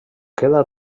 queda